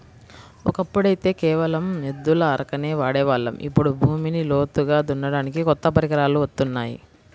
ఒకప్పుడైతే కేవలం ఎద్దుల అరకనే వాడే వాళ్ళం, ఇప్పుడు భూమిని లోతుగా దున్నడానికి కొత్త పరికరాలు వత్తున్నాయి